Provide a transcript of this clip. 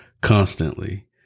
constantly